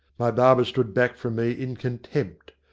my barber stood back from me in contempt.